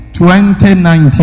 2019